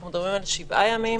אנחנו מדברים על שבעה ימים,